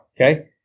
Okay